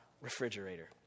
refrigerator